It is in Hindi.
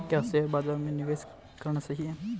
क्या शेयर बाज़ार में निवेश करना सही है?